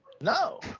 No